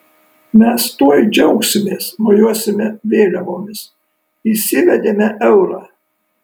mes tuoj džiaugsimės mojuosime vėliavomis įsivedėme eurą